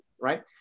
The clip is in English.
Right